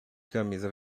camisa